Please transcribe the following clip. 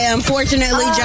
Unfortunately